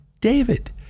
David